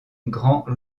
grand